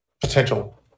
potential